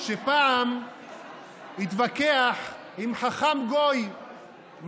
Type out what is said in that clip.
שפעם התווכח עם חכם גוי,